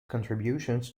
contributions